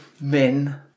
men